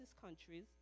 countries